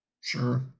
Sure